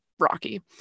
rocky